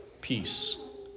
peace